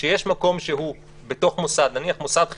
כשיש מקום שהוא בתוך מוסד, נניח מוסד חינוך,